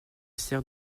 sert